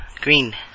green